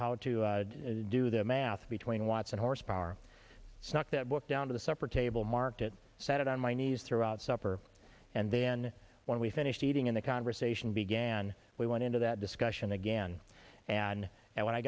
to do the math between watts and horsepower snuck that book down to the supper table marked it sat on my knees throughout supper and then when we finished eating in the conversation began we went into that discussion again and when i